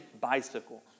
bicycle